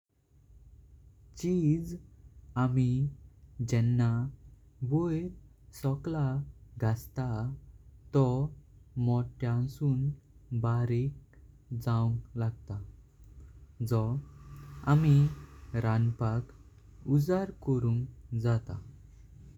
Cheese आम्ही जेन्ना व्यार सोकला घसता तो मोठ्यासून बारीक जावंक लागत। जो आम्ही रनपाक उजळ करुंक जात।